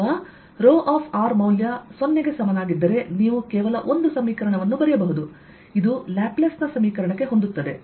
ಅಥವಾrಮೌಲ್ಯ 0ಗೆ ಸಮನಾಗಿದ್ದರೆ ನೀವು ಕೇವಲ ಒಂದು ಸಮೀಕರಣವನ್ನು ಬರೆಯಬಹುದು ಇದು ಲ್ಯಾಪ್ಲೇಸ್ ನ ಸಮೀಕರಣಕ್ಕೆ ಹೊಂದುತ್ತದೆ